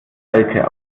alke